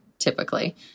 Typically